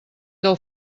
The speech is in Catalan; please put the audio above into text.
del